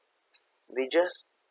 they just